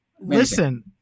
Listen